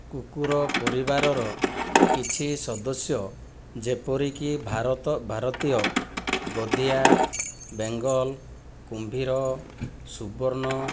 କୁକୁର ପରିବାରର କିଛି ସଦସ୍ୟ ଯେପରିକି ଭାରତ ଭାରତୀୟ ଗଧିଆ ବେଙ୍ଗଲ କୁମ୍ଭୀର ସୁବର୍ଣ୍ଣ